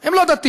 הם לא דתיים,